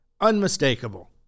unmistakable